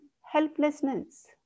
helplessness